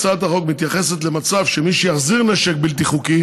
הצעת החוק מתייחסת למצב שמי שיחזיר נשק בלתי חוקי